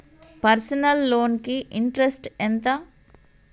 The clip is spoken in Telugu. పర్సనల్ లోన్ కి ఇంట్రెస్ట్ ఎంత?